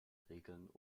regeln